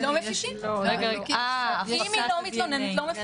אה, הפקת הדנ"א.